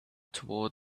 toward